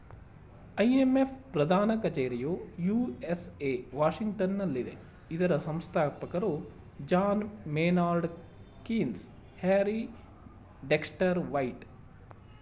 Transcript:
IMF ಪ್ರಧಾನ ಕಚೇರಿಯು USA ವಾಷಿಂಗ್ಟನಲ್ಲಿದೆ ಇದರ ಸಂಸ್ಥಾಪಕರು John Maynard Keynes, Harry Dexter white